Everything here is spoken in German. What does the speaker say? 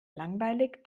langweilig